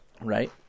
right